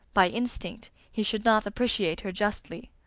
by instinct, he should not appreciate her justly.